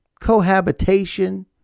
cohabitation